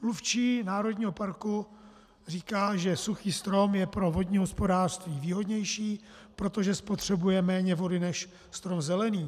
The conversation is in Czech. Mluvčí národního parku říká, že suchý strom je pro vodní hospodářství výhodnější, protože spotřebuje méně vody než strom zelený.